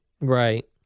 Right